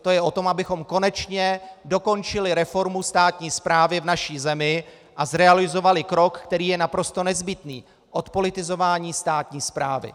To je o tom, abychom konečně dokončili reformu státní správy v naší zemi a zrealizovali krok, který je naprosto nezbytný odpolitizování státní správy.